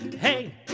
hey